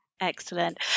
Excellent